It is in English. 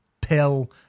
Pill